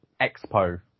expo